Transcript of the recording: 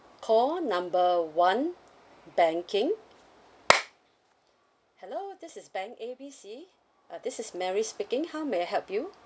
call number one banking hello this is bank A B C uh this is mary speaking how may I help you